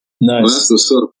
Nice